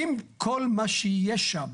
אם כל מה שיש שם